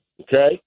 Okay